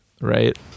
right